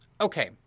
Okay